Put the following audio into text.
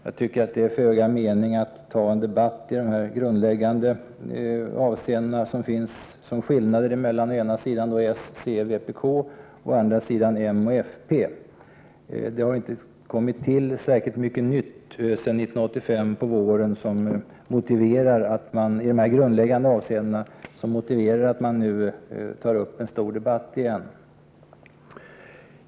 Jag tycker det är föga mening i att ha en debatt i de grundläggande avseenden som utgör skillnaden mellan å ena sidan s, c och vpk och å andra sidan m och fp. Det har inte kommit till särskilt mycket nytt sedan våren 1985 i dessa grundläggande avseenden som motiverar att man tar upp en stor debatt nu igen.